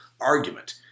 argument